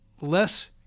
less